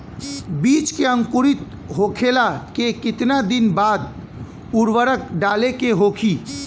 बिज के अंकुरित होखेला के कितना दिन बाद उर्वरक डाले के होखि?